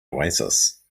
oasis